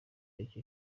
kucyo